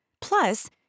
Plus